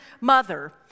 mother